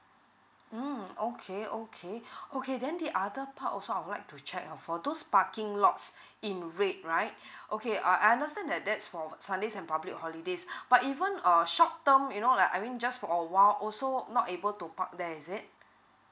mm okay okay okay then the other part also I would like to check uh for those parking lots in red right okay err I understand that that's for sundays and public holidays but even err short term you know like I mean just for a while also not able to park there is it